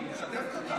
לא, היא משתפת אותנו.